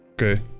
Okay